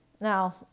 Now